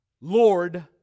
Lord